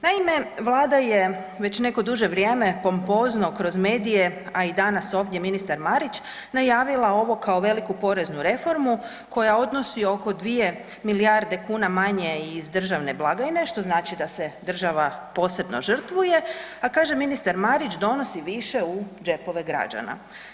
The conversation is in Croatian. Naime, Vlada je već neko duže vrijeme pompozno kroz medije, a i danas ovdje ministar Marić najavila ovo kao veliku poreznu reformu koja odnosi oko 2 milijarde kuna manje iz državne blagajne što znači da se država posebno žrtvuje, a kaže ministar Marić donosi više u džepove građana.